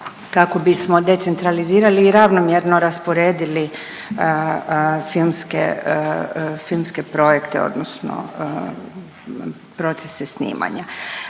kako bismo decentralizirali i ravnomjerno rasporedili filmske, filmske projekte odnosno procese snimanja.